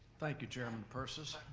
thank you, chairman persis,